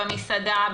במסעדה,